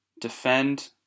defend